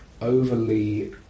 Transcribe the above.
overly